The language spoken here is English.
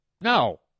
No